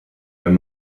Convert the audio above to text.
wenn